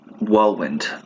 whirlwind